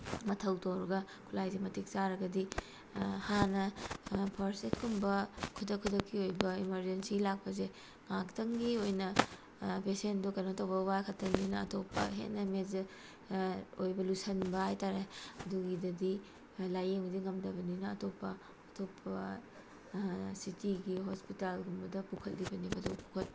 ꯃꯊꯩ ꯇꯧꯔꯒ ꯈꯨꯠꯂꯥꯏꯁꯦ ꯃꯇꯤꯛ ꯆꯥꯔꯒꯗꯤ ꯍꯥꯟꯅ ꯐꯥꯔꯁ ꯑꯦꯠꯀꯨꯝꯕ ꯈꯨꯗꯛ ꯈꯨꯗꯛꯀꯤ ꯑꯣꯏꯕ ꯏꯃꯥꯔꯖꯦꯟꯁꯤ ꯂꯥꯛꯄꯁꯦ ꯉꯥꯛꯇꯪꯒꯤ ꯑꯣꯏꯅ ꯄꯦꯁꯦꯟꯗꯣ ꯀꯩꯅꯣꯇꯧꯕꯒꯤ ꯋꯥ ꯈꯛꯇꯅꯤꯅ ꯑꯇꯣꯞꯄ ꯍꯦꯟꯅ ꯃꯦꯖꯔ ꯑꯣꯏꯕ ꯂꯨꯁꯤꯟꯕ ꯍꯥꯏꯇꯥꯔꯦ ꯑꯗꯨꯒꯤꯗꯗꯤ ꯂꯥꯏꯌꯦꯡꯕꯁꯦ ꯉꯝꯗꯕꯅꯤꯅ ꯑꯇꯣꯞꯄ ꯑꯇꯣꯞꯄ ꯁꯤꯇꯤꯒꯤ ꯍꯣꯁꯄꯤꯇꯥꯜꯒꯨꯝꯕꯗ ꯄꯨꯈꯠꯂꯤꯕꯅꯦꯕ